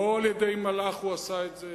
לא על-ידי מלאך הוא עשה את זה,